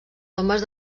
tombes